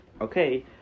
okay